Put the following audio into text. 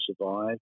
survive